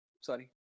Sorry